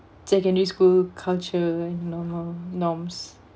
secondary school culture normal norms